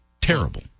terrible